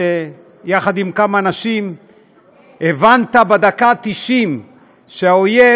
שיחד עם כמה אנשים הבנת בדקה ה-90 שהאויב